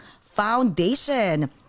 Foundation